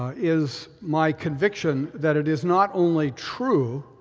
is my conviction that it is not only true,